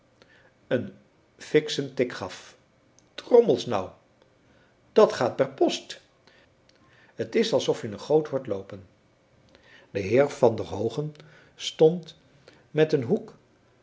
een fikschen tik gaf drommels nou dat gaat per post t is als of je een goot hoort loopen de heer van der hoogen stond met een hoek